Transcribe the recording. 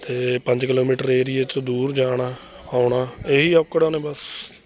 ਅਤੇ ਪੰਜ ਕਿਲੋਮੀਟਰ ਏਰੀਏ 'ਚ ਦੂਰ ਜਾਣਾ ਆਉਣਾ ਇਹੀ ਔਕੜਾਂ ਨੇ ਬਸ